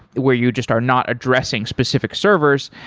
where you just are not addressing specific servers,